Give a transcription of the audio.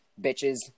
Bitches